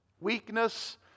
Weakness